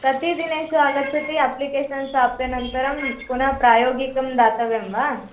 कति दिनेषु आगच्छति अप्लिकेशन् संस्थाप्य अनन्तरं पुनः प्रायोगिकं दातव्यं वा